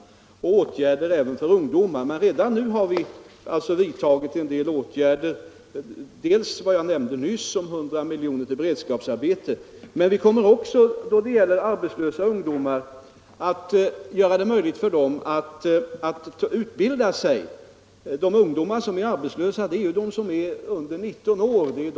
Vi planerar åtgärder även för ungdomar, men redan nu har vi vidtagit en del åtgärder i det syftet, bl.a. har vi, som jag nyss nämnde, begärt 100 milj.kr. till beredskapsarbeten. Vi kommer också att göra det möjligt för arbetslösa ungdomar att utbilda sig. Det är ungdomar under 19 år som nu leder arbetslöshetsstatistiken.